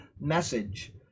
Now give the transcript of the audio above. message